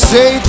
Say